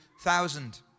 thousand